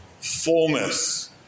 fullness